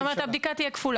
זאת אומרת הבדיקה תהיה כפולה.